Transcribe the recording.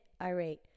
irate